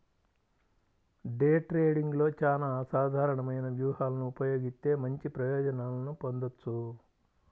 day ట్రేడింగ్లో చానా అసాధారణమైన వ్యూహాలను ఉపయోగిత్తే మంచి ప్రయోజనాలను పొందొచ్చు